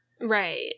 right